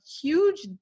huge